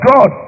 God